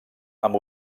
amb